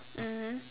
mmhmm